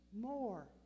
more